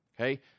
Okay